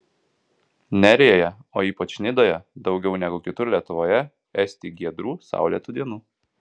nerijoje o ypač nidoje daugiau negu kitur lietuvoje esti giedrų saulėtų dienų